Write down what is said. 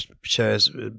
shows